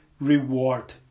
reward